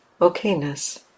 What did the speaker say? okayness